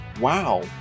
Wow